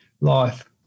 life